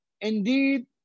Indeed